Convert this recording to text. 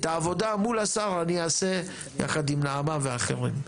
את העבודה מול השר אני אעשה ביחד עם נעמה והאחרים.